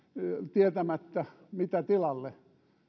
tietämättä mitä tilalle